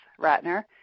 Ratner